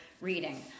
reading